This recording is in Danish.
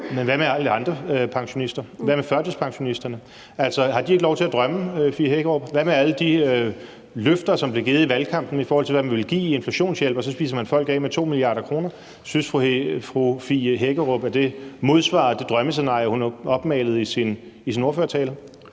Men hvad med alle de andre pensionister? Hvad med førtidspensionisterne, altså, har de ikke lov til at drømme, fru Fie Hækkerup? Hvad med alle de løfter, som blev givet i valgkampen, i forhold til hvad man ville give i inflationshjælp? Og så spiser man folk af med 2 mia. kr. – synes fru Fie Hækkerup, at det modsvarer det drømmescenarie, hun har opmalet i sin ordførertale?